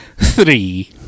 Three